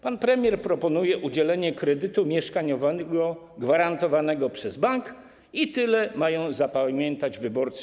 Pan premier proponuje udzielenie kredytu mieszkaniowego gwarantowanego przez bank i tyle mają zapamiętać wyborcy.